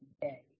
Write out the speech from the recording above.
today